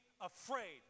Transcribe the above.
afraid